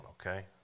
okay